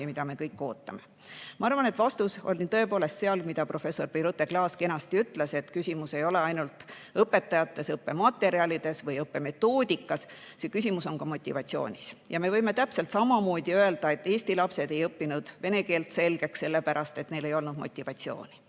mida me kõik ootame. Ma arvan, et vastus on tõepoolest selles, mida professor Birute Klaas kenasti ütles, et küsimus ei ole ainult õpetajates, õppematerjalides või õppemetoodikas, küsimus on ka motivatsioonis. Me võime täpselt samamoodi öelda, et eesti lapsed ei õppinud vene keelt selgeks sellepärast, et neil ei olnud motivatsiooni.